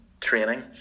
training